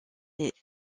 les